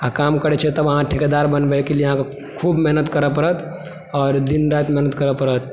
आ काम करैत छै तब अहाँ ठेकेदार बनबय एहिके लिअ अहाँकेँ खूब मेहनत करय पड़त आओर दिन राति मेहनत करय पड़त